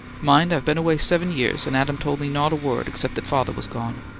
mind, i've been away seven years, and adam told me not a word, except that father was gone.